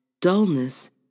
dullness